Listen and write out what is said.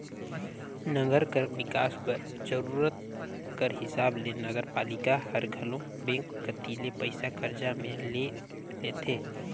नंगर कर बिकास बर जरूरत कर हिसाब ले नगरपालिका हर घलो बेंक कती ले पइसा करजा में ले लेथे